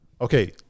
Okay